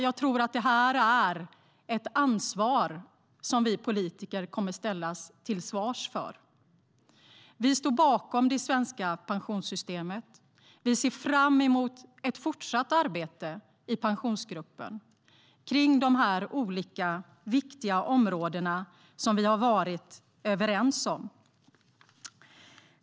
Jag tror att det här är ett ansvar som vi politiker kommer att ställas till svars för. Vi står bakom det svenska pensionssystemet. Vi ser fram emot ett fortsatt arbete i Pensionsgruppen kring de här olika viktiga områdena som vi har varit överens om.